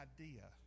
idea